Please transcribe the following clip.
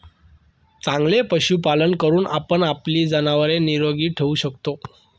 चांगले पशुपालन करून आपण आपली जनावरे निरोगी ठेवू शकतो